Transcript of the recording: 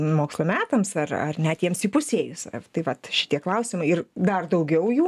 mokslo metams ar ar net jiems įpusėjus taip vat šitie klausimai ir dar daugiau jų